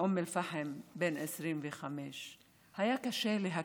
מאום אל-פחם, בן 25. היה קשה להקריא.